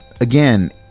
again